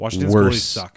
worse